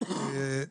ד"ר